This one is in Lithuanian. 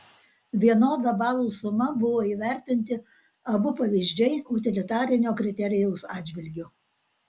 vienoda balų suma buvo įvertinti abu pavyzdžiai utilitarinio kriterijaus atžvilgiu